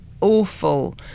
awful